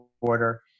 order